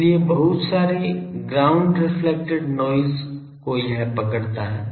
इसलिए बहुत सारे ग्राउंड रेफ्लेक्टेड नॉइज़ को यह पकड़ता है